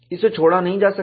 इसे छोड़ा नहीं जा सकता